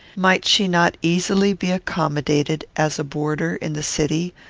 might she not easily be accommodated as a boarder in the city,